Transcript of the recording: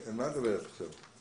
את מדבר ת על סעיף 7?